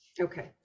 Okay